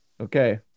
Okay